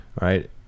Right